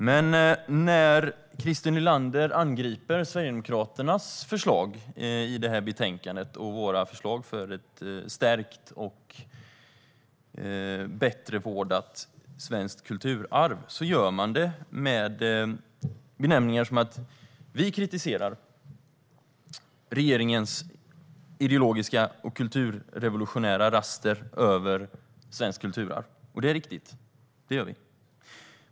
Men när Christer Nylander angriper Sverigedemokraternas förslag i betänkandet för ett stärkt och bättre vårdat svenskt kulturarv gör han det med benämningar som att vi kritiserar regeringens ideologiska och kulturrevolutionära raster över svenskt kulturarv. Och det är riktigt; det gör vi.